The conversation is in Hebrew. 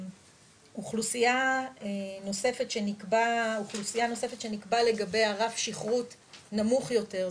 אוכלוסייה נוספת שנקבע לגביה רף שכרות נמוך יותר,